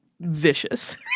vicious